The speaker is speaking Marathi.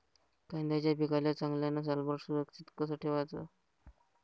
कांद्याच्या पिकाले चांगल्यानं सालभर सुरक्षित कस ठेवाचं?